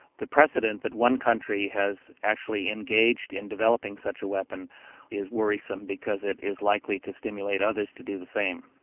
the precedent that one country has actually engaged in developing such a weapon is worrisome because it is likely to stimulate others to do the same.